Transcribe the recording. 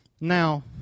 Now